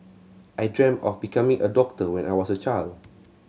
I dreamt of becoming a doctor when I was a child